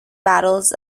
battles